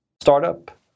Startup